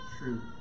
true